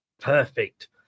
Perfect